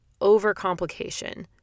overcomplication